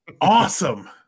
Awesome